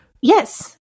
Yes